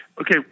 okay